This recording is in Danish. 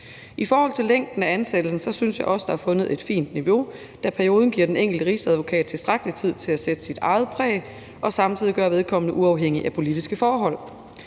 I forhold til længden af ansættelsen synes jeg også der er fundet et fint niveau, da perioden giver den enkelte rigsadvokat tilstrækkelig tid til at sætte sit præg på det og samtidig gør vedkommende uafhængig af politiske forhold.